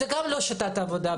זה גם לא שיטת עבודה.